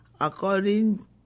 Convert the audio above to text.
according